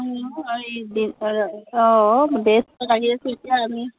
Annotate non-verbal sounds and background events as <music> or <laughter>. অঁ <unintelligible> এতিয়া আমি